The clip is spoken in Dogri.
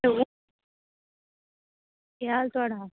हैलो केह् हाल थुआढ़ा